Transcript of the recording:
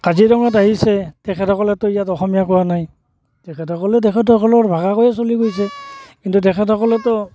কাজিৰঙাত আহিছে তেখেতসকলেটো ইয়াত অসমীয়া কোৱা নাই তেখেতসকলে তেখেতসকলৰ ভাষা কৈ চলি গৈছে কিন্তু তেখেতসকলেটো